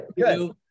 Good